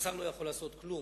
שהשר לא יכול לעשות כלום.